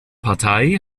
partei